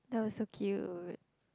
that was so cute